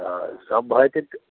तऽ सब भऽ जेतै